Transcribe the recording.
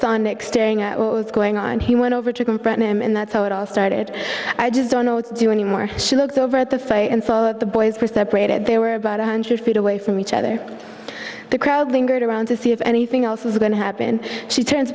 sonic staring at what was going on and he went over to confront him and that's how it all started i just don't know it's do anymore she looked over at the fire and saw that the boys were separated they were about one hundred feet away from each other the crowd lingered around to see if anything else was going to happen she turns